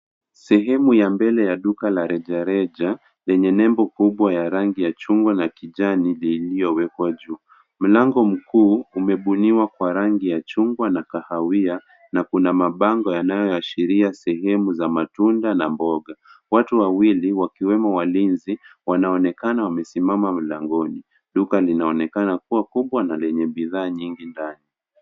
Sehemu ya mbele ya duka la reja reja lenye nembo kubwa ya rangi ya chungwa, na kijani liliowekwa juu. Mlango huu umebuniwa kwa rangi ya chungwa na kahawia na, kuna mabango yanayoashiria sehemu za matunda na mboga. Watu wawili wakiwemo walinzi , wanaonekana wamesimama mlangoni. Duka linaonekana kuwa kubwa na lenye bidhaa nyingi .